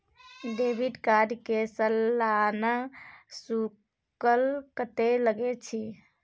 Debit card के सालाना शुल्क कत्ते लगे छै?